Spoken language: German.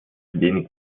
wenig